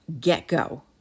get-go